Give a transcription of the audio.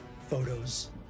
photos